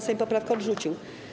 Sejm poprawkę odrzucił.